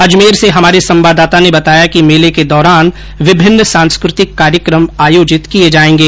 अजमेर से हमारे संवाददाता ने बताया कि मेले के दौरान विभिन्न सांस्कृतिक कार्यक्रम आयोजित किए जाएंगे